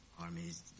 armies